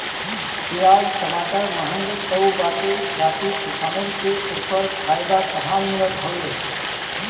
पियाज टमाटर महंग तअ बाटे बाकी किसानन के ओकर फायदा कहां मिलत हवे